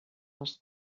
les